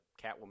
Catwoman